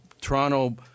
Toronto